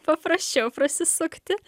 paprasčiau prasisukti